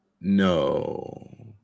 No